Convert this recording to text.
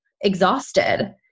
exhausted